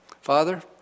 Father